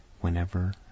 whenever